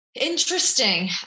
Interesting